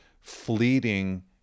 fleeting